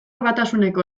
batasuneko